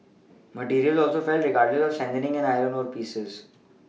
materials also fell regardless of a strengthening in iron ore prices